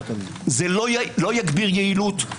זה לא יגביר יעילות.